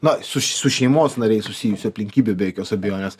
na su su šeimos nariais susijusių aplinkybių be jokios abejonės